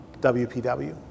WPW